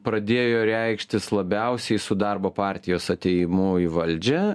pradėjo reikštis labiausiai su darbo partijos atėjimu į valdžią